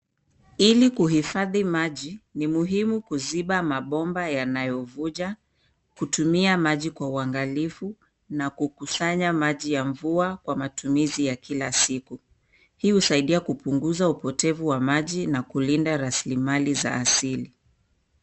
Ili kuhifadhi maji ni muhimu kuziba mabomba yanayo vuja kutumia maji kwa uangalifu, na kukusanya maji ya mvua kwa matumizi ya kila siku. Hii husaidia kupunguza upotevu wa maji na kulinda rasilimali za asili.